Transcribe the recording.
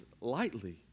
lightly